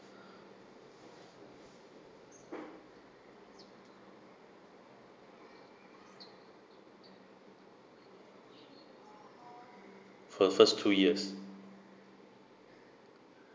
for first two years